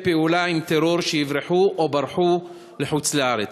פעולה עם טרור שיברחו או ברחו לחוץ-לארץ.